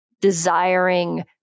Desiring